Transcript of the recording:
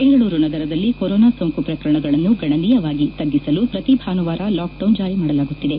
ಬೆಂಗಳೂರು ನಗರದಲ್ಲಿ ಕೊರೊನಾ ಸೋಂಕು ಪ್ರಕರಣಗಳನ್ನು ಗಣನೀಯವಾಗಿ ತಗ್ಗಿಸಲು ಪ್ರತಿ ಭಾನುವಾರ ಲಾಕ್ಡೌನ್ ಜಾರಿಮಾಡಲಾಗುತ್ತಿದೆ